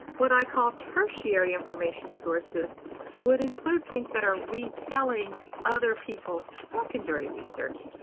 what i call tertiary information sources would include things that are retelling other people's secondary research.